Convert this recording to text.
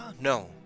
No